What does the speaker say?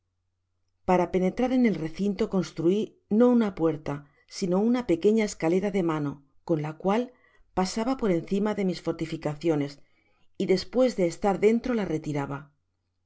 para penetrar en el recinto construí no una puerta sino una pequeña escalera de mano con la cual pasaba por encima de mis fortificaciones y despues de estar den